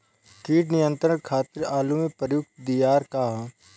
कीट नियंत्रण खातिर आलू में प्रयुक्त दियार का ह?